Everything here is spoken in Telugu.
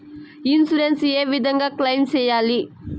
ఇన్సూరెన్సు ఏ విధంగా క్లెయిమ్ సేయాలి?